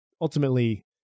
ultimately